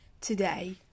today